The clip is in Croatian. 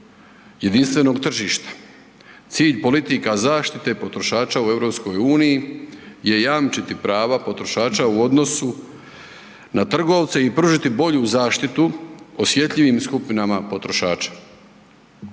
jedinstvenog tržišta. Cilj politika zaštite potrošača u EU je jamčiti prava potrošača u odnosu na trgovce i pružiti bolju zaštitu osjetljivim skupinama potrošača.